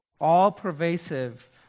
all-pervasive